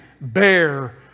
bear